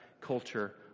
culture